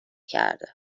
کرده